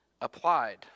applied